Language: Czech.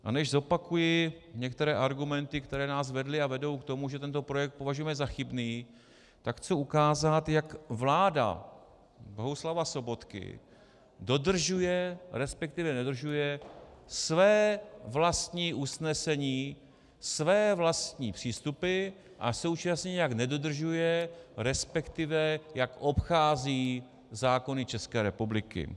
A než zopakuji některé argumenty, které nás vedly a vedou k tomu, že tento projekt považujeme za chybný, tak chci ukázat, jak vláda Bohuslava Sobotky dodržuje, resp. nedodržuje své vlastní usnesení, své vlastní přístupy a současně jak nedodržuje, resp. jak obchází zákony České republiky.